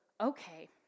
okay